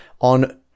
on